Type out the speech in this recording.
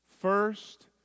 first